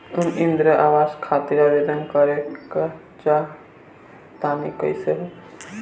हम इंद्रा आवास खातिर आवेदन करे क चाहऽ तनि कइसे होई?